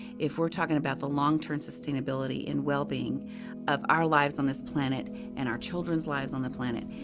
if we're talking about the long-term sustainability and well-being of our lives on this planet and our children's lives on the planet,